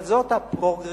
אבל זאת ה"פרוגרטיבה",